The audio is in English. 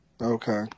Okay